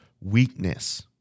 weakness